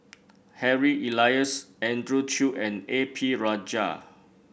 Harry Elias Andrew Chew and A P Rajah